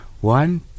One